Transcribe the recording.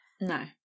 no